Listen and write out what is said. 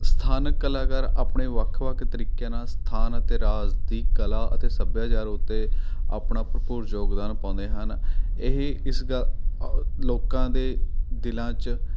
ਸਥਾਨਕ ਕਲਾਕਾਰ ਆਪਣੇ ਵੱਖ ਵੱਖ ਤਰੀਕਿਆਂ ਨਾਲ਼ ਸਥਾਨ ਅਤੇ ਰਾਜ ਦੀ ਕਲਾ ਅਤੇ ਸੱਭਿਆਚਾਰ ਉੱਤੇ ਆਪਣਾ ਭਰਪੂਰ ਯੋਗਦਾਨ ਪਾਉਂਦੇ ਹਨ ਇਹ ਇਸ ਗੱਲ ਲੋਕਾਂ ਦੇ ਦਿਲਾਂ 'ਚ